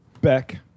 Beck